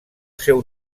seu